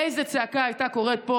איזו צעקה הייתה קורית פה.